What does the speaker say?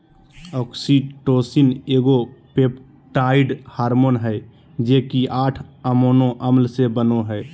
oxytocin एगो peptide hormone हइ जे कि आठ अमोनो अम्ल से बनो हइ